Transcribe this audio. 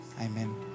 Amen